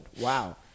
Wow